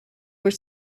were